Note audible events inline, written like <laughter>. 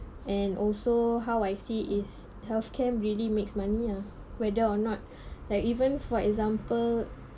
and also how I see is healthcare really makes money ah whether or not <breath> like even for example